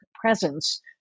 presence